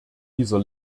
dieser